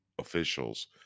officials